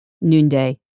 noonday